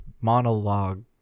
monologue